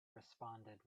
responded